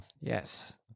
Yes